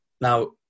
now